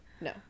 No